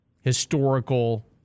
historical